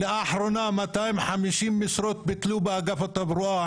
לאחרונה ביטלו 250 משרות באגף התברואה